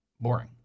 Boring